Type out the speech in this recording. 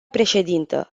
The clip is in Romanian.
președintă